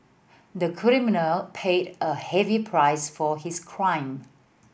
the criminal paid a heavy price for his crime